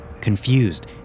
Confused